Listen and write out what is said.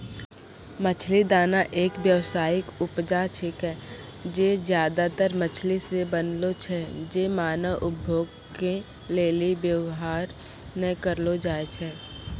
मछली दाना एक व्यावसायिक उपजा छिकै जे ज्यादातर मछली से बनलो छै जे मानव उपभोग के लेली वेवहार नै करलो जाय छै